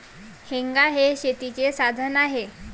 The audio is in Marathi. हेंगा हे शेतीचे साधन आहे